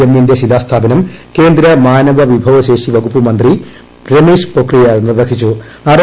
M ന്റെ ശിലാസ്ഥാപനം കേന്ദ്ര മാനവ വിഭവശ്ശേഷി വകുപ്പ് മന്ത്രി രമേശ് പൊക്രിയാൽ നിർവ്വഹിച്ചു